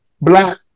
black